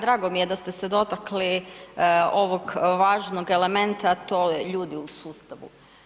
Drago mi je da ste se dotakli ovog važnog elementa, a to je ljudi u sustavu.